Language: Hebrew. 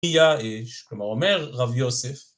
כלומר אומר רב יוסף.